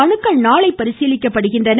மனுக்கள் நாளை பரிசீலிக்கப்படுகின்றன